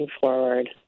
forward